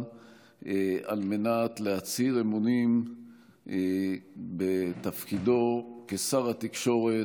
על מנת להצהיר אמונים בתפקידו כשר התקשורת,